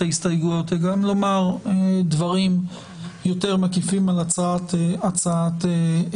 ההסתייגויות אלא גם לומר דברים יותר מקיפים על הצעת החוק.